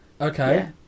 Okay